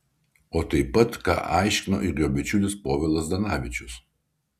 o taip pat ką aiškino ir jo bičiulis povilas zdanavičius